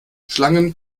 schlangen